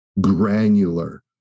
granular